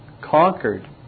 conquered